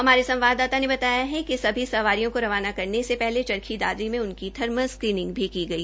हमारे संवाददाता ने बताया कि सभी सवारियो रवाना करने से पहले चरखी दादरी मे उनकी थर्मल स्क्रीनिंग भी की गई